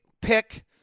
pick